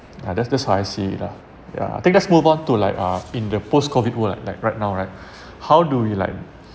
ah that's that's how I see it lah yeah I think let's move on to like uh in the post COVID world like right now right how do we like